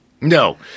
No